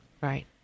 right